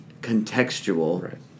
contextual